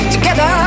Together